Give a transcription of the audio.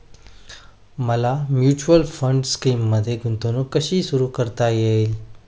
मला mutual fund स्कीममध्ये गुंतवणूक कशी सुरू करता येईल?